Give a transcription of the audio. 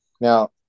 Now